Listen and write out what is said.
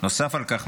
.נוסף על כך,